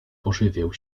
pożywię